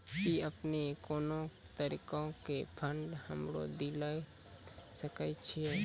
कि अपने कोनो तरहो के फंड हमरा दिये सकै छिये?